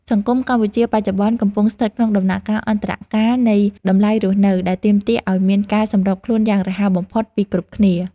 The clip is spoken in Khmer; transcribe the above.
សង្គមកម្ពុជាបច្ចុប្បន្នកំពុងស្ថិតក្នុងដំណាក់កាលអន្តរកាលនៃតម្លៃរស់នៅ ដែលទាមទារឱ្យមានការសម្របខ្លួនយ៉ាងរហ័សបំផុតពីគ្រប់គ្នា។